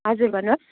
हजुर भन्नुहोस्